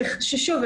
ששוב,